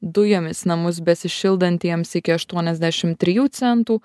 dujomis namus besišildantiems iki aštuoniasdešimt trijų centų